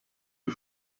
die